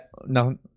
No